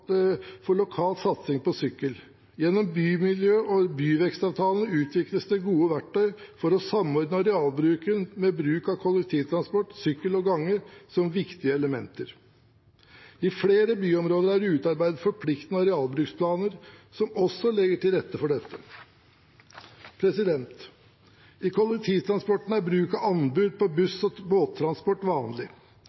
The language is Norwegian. for lokal satsing på sykkel. Gjennom bymiljø- og byvekstavtalene utvikles det gode verktøy for å samordne arealbruken med bruk av kollektivtransport, sykkel og gange som viktige elementer. I flere byområder er det utarbeidet forpliktende arealbruksplaner som også legger til rette for dette. I kollektivtransporten er bruk av anbud på